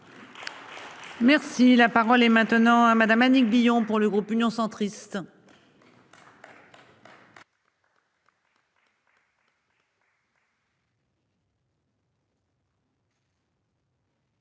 Merci la parole est maintenant à madame Annick Billon pour le groupe Union centriste.